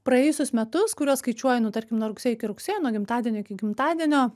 praėjusius metus kuriuos skaičiuoju nu tarkim nuo rugsėjo iki rugsėjo nuo gimtadienio iki gimtadienio